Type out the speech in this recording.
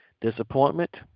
disappointment